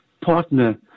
partner